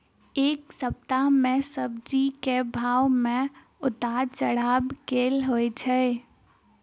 एक सप्ताह मे सब्जी केँ भाव मे उतार चढ़ाब केल होइ छै?